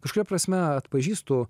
kažkuria prasme atpažįstu